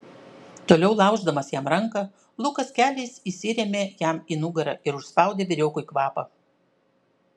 toliau lauždamas jam ranką lukas keliais įsirėmė jam į nugarą ir užspaudė vyriokui kvapą